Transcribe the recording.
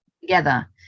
together